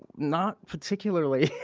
not particularly.